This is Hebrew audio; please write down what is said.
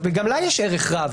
וגם לה יש ערך רב,